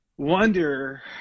Wonder